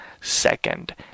second